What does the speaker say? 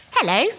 Hello